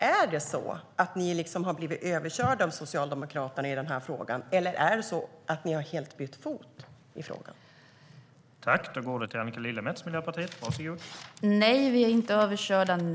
Är det så att ni har blivit överkörda av Socialdemokraterna i den här frågan, eller är det så att ni helt har bytt fot i frågan?